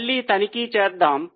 మళ్ళీ తనిఖీ చేద్దాం